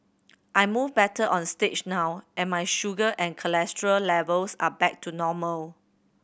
I move better on stage now and my sugar and cholesterol levels are back to normal